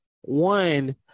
one